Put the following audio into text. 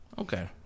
Okay